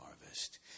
harvest